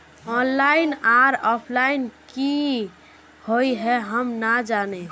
Online आर offline की हुई है हम ना जाने?